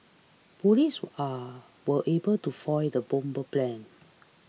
police are were able to foil the bomber's plans